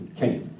came